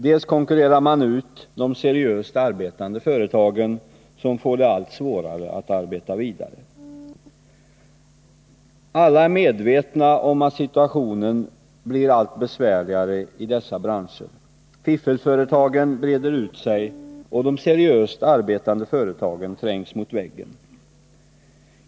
Dels konkurrerar dessa företag ut de seriöst arbetande företagen, som får det allt svårare att arbeta vidare. Alla är medvetna om att situationen i dessa branscher blir allt besvärligare. Fiffelföretagen breder ut sig, och de seriöst arbetande företagen trängs mot väggen.